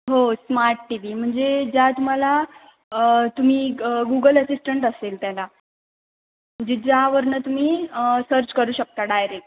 हो smart T V म्हणजे ज्या तुम्हाला तुम्ही गुगल असिस्टंट असेल त्याला म्हणजे ज्यावरनं तुम्ही सर्च करू शकता डायरेक्ट